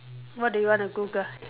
what do you want to Google